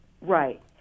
Right